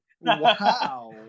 wow